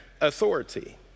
authority